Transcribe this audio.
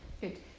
good